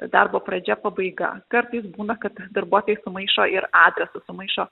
darbo pradžia pabaiga kartais būna kad darbuotojai sumaišo ir adresus sumaišo